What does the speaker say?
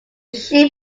sheep